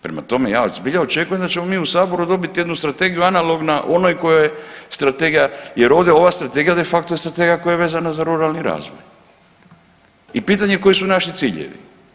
Prema tome, ja zbilja očekujem da ćemo mi u Saboru dobiti jednu strategiju analogna onoj kojoj strategija jer ovde ova Strategija de facto je strategija koja je vezana za ruralni razvoj i pitanje je koji su naši ciljevi.